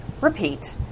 Repeat